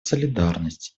солидарность